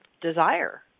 desire